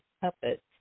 puppets